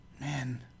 Man